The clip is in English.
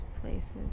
places